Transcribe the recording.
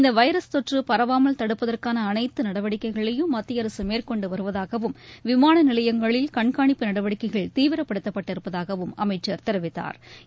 இந்த வைரஸ் தொற்று பரவாமல் தடுப்பதற்கான அளைத்து நடவடிக்கைகளையும் மத்திய அரசு மேற்கொண்டு வருவதாகவும் விமான நிலையங்களில் கண்காணிப்பு நடவடிக்கைகள் தீவிரப்படுத்தப் பட்டிருப்பதாகவும் அமைச்சா் தெரிவித்தாா்